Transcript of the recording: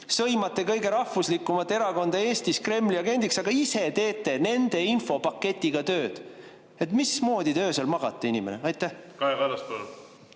sõimate kõige rahvuslikumat erakonda Eestis Kremli agendiks, aga ise teete nende infopaketiga tööd. Mismoodi te öösel magate, inimene? Mina